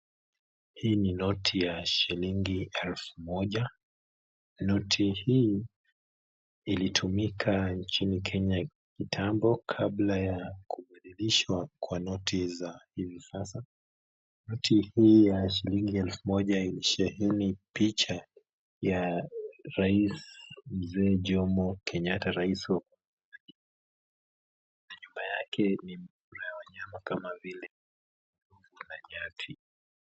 Hii ni noti ya shilingi elfu moja. Noti hii ilitumika nchini Kenya kitambo kabla ya kubadilishwa kwa noti za hivi sasa. Noti hii ya shilingi elfu moja ilisheheni picha ya rais Mzee Jomo Kenyatta raisi wa kwanza na nyuma ni wanyama kama vile nyati.